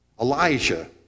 Elijah